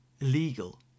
illegal